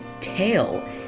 tail